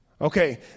Okay